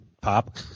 Pop